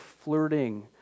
flirting